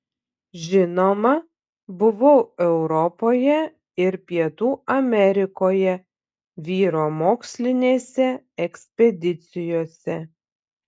žinoma buvau europoje ir pietų amerikoje vyro mokslinėse ekspedicijose